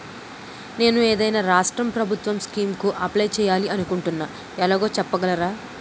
నేను ఏదైనా రాష్ట్రం ప్రభుత్వం స్కీం కు అప్లై చేయాలి అనుకుంటున్నా ఎలాగో చెప్పగలరా?